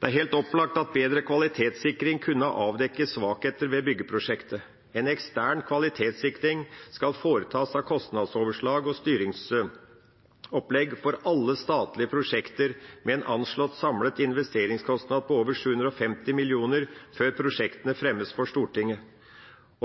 Det er helt opplagt at bedre kvalitetssikring kunne ha avdekket svakheter ved byggeprosjektet. En ekstern kvalitetssikring av kostnadsoverslag og styringsopplegg for alle statlige prosjekter med en anslått samlet investeringskostnad på over 750 mill. kr skal foretas før prosjektene fremmes for Stortinget.